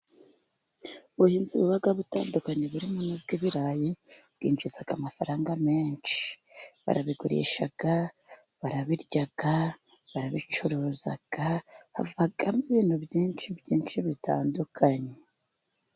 Ubuhinzi buba butandukanye burimo n'ubw'ibirayi bwinjiza amafaranga menshi, barabigurisha, barabirya, barabicuruza, havamo ibintu byinshi byinshi bitandukanye.